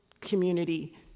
community